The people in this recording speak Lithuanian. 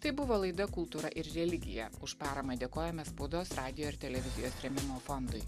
tai buvo laida kultūra ir religija už paramą dėkojame spaudos radijo ir televizijos rėmimo fondui